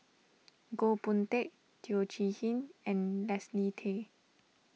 Goh Boon Teck Teo Chee Hean and Leslie Tay